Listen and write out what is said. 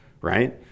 right